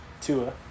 Tua